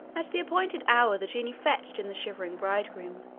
at the appointed hour the genie fetched in the shivering bridegroom,